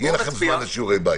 יהיה לכם זמן לשיעורי בית.